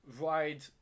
ride